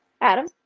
adam